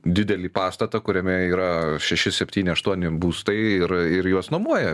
didelį pastatą kuriame yra šeši septyni aštuoni būstai ir ir juos nuomoja